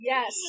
Yes